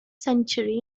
century